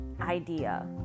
idea